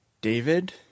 David